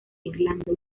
irlanda